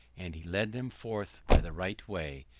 and he led them forth by the right way,